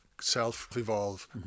self-evolve